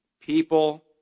people